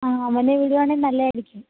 ആ അവനെ വിടുകയാണെങ്കില് നല്ലതായിരിക്കും